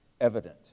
evident